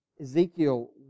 Ezekiel